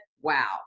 Wow